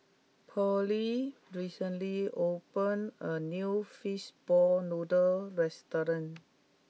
Pearle recently opened a new Fish Ball Noodles restaurant